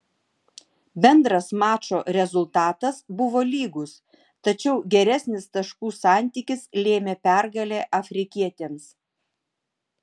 bendras mačo rezultatas buvo lygus tačiau geresnis taškų santykis lėmė pergalę afrikietėms